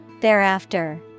Thereafter